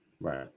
Right